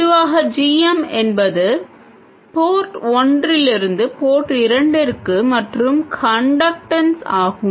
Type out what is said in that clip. பொதுவாக g m என்பது port ஒன்றிலிருந்து போர்ட் இரண்டிற்கு மாற்றும் கன்டக்டன்ஸ் ஆகும்